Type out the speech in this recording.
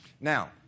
Now